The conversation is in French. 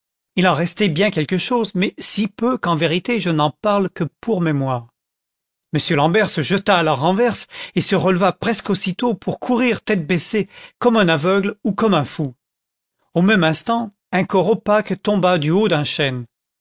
il en restait bien quelque chose mais si peu qu'en vérité je n'en parle que pour mémoire content from google book search generated at m l'àmbert se jeta à la renverse et se releva presque aussitôt pour courir tête baissée comme un aveugle ou comme un fou au même instant un corps opaque tomba du haut d'un chêne